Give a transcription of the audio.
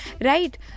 right